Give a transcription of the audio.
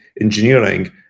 engineering